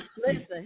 listen